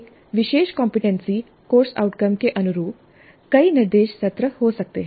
एक विशेष competency course outcome के अनुरूप कई निर्देश सत्र हो सकते हैं